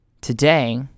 today